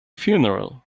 funeral